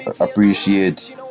Appreciate